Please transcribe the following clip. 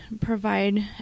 provide